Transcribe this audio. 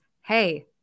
hey